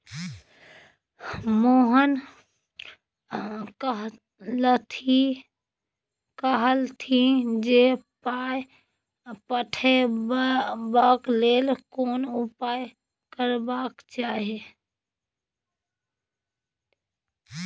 मोहन कहलथि जे पाय पठेबाक लेल कोन उपाय करबाक चाही